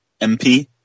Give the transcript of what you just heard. MP